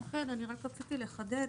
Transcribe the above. כן, רציתי לחדד.